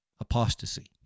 apostasy